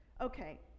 okay